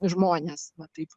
žmonės va taip